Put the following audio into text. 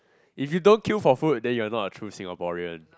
if you don't queue for food then you are not a true Singaporean